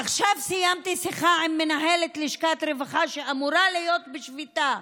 עכשיו סיימתי שיחה עם מנהלת לשכת רווחה שאמורה להיות בשביתה,